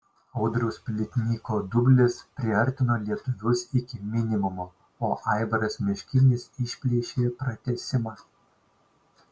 audriaus plytniko dublis priartino lietuvius iki minimumo o aivaras meškinis išplėšė pratęsimą